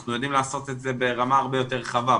אנחנו יודעים לעשות את זה ברמה הרבה יותר רחבה,